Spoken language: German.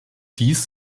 dies